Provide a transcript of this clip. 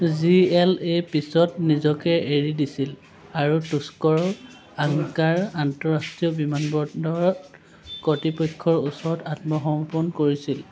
G L A পিছত নিজকে এৰি দিছিল আৰু তুস্কৰ আঙ্কাৰা আন্তঃৰাষ্ট্ৰীয় বিমানবন্দৰত কৰ্তৃপক্ষৰ ওচৰত আত্মসমৰ্পণ কৰিছিল